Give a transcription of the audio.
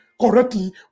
correctly